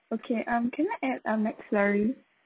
okay um can I add um mc flurry